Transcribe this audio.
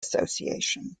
association